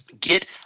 Get